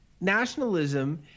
nationalism